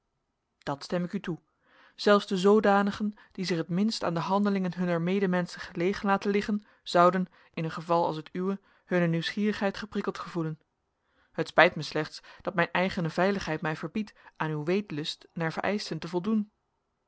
dat stem ik u toe zelfs de zoodanigen die zich het minst aan de handelingen hunner medemenschen gelegen laten liggen zouden in een geval als het uwe hunne nieuwsgierigheid geprikkeld gevoelen het spijt mij slechts dat mijn eigene veiligheid mij verbiedt aan uw weetlust naar vereischten te voldoen